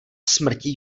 smrti